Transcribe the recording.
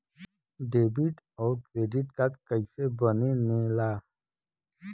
Debit और credit card कईसे बने ने ला?